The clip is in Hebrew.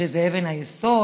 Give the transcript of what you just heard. שזה אבן היסוד,